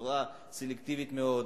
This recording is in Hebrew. בצורה סלקטיבית מאוד.